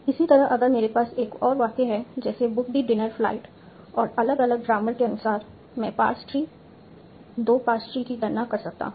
इसी तरह अगर मेरे पास एक और वाक्य है जैसे बुक दी डिनर फ्लाइट और अलग अलग ग्रामर के अनुसार मैं पार्स ट्री दो पार्स ट्री की गणना कर सकता हूं